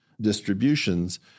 distributions